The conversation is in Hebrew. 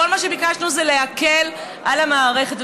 כל מה שביקשנו זה להקל על המערכת.